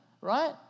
right